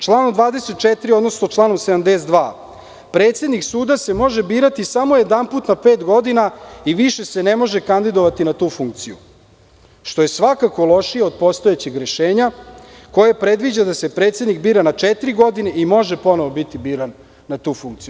Članom 24. odnosno 72. predsednik suda se može birati samo jedanput u pet godina i više se ne može kandidovati na tu funkciju, što je svakako lošije od postojeće rešenja koje predviđa da se predsednik bira na četiri godine, i može ponovo biti biran na tu funkciju.